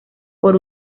por